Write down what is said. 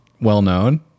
well-known